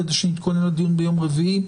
כדי שנתכונן לדיון ביום רביעי.